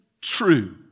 true